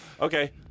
Okay